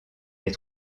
les